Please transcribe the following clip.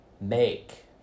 Make